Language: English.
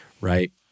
right